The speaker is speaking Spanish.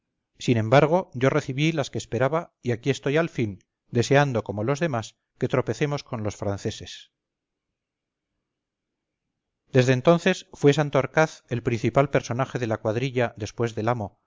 sin embargo yo recibí las que esperaba y aquí estoy al fin deseando como los demás que tropecemos con los franceses desde entonces fue santorcaz el principal personaje de la cuadrilla después del amo